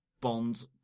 Bond